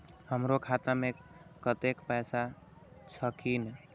हमरो खाता में कतेक पैसा छकीन?